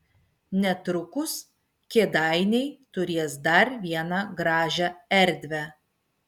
netrukus kėdainiai turės dar vieną gražią erdvę